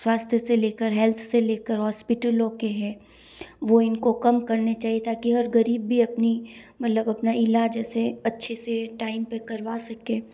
स्वास्थ्य से लेकर हेल्थ से लेकर हॉस्पिटलों के हैं वो इनको कम करने चाहिए ताकि हर गरीब भी अपनी मतलब अपना इलाज ऐसे अच्छे से टाइम पर करवा सके